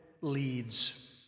leads